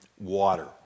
water